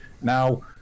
Now